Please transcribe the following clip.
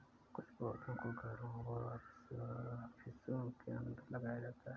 कुछ पौधों को घरों और ऑफिसों के अंदर लगाया जाता है